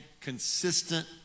consistent